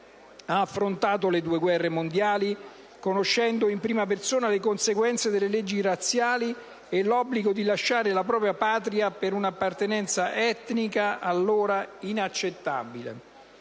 Ha affrontato le due guerre mondiali conoscendo in prima persona le conseguenze delle leggi razziali e l'obbligo di lasciare la propria patria per un'appartenenza etnica allora inaccettabile.